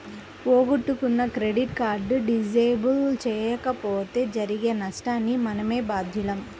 పోగొట్టుకున్న credit card disable చేయించకపోతే జరిగే నష్టానికి మనమే బాధ్యులం